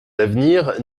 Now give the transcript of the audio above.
d’avenir